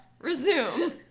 Resume